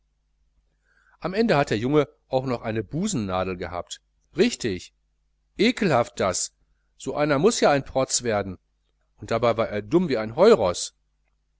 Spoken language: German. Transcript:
am ende hat der junge auch noch eine busennadel gehabt richtig ekelhaft das so einer muß ja ein protz werden und dabei war er dumm wie ein